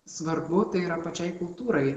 svarbu tai yra pačiai kultūrai